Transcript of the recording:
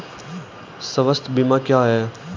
स्वास्थ्य बीमा क्या है?